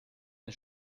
ein